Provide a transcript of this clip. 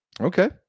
Okay